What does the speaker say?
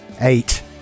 eight